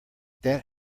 that